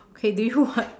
okay do you what